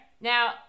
now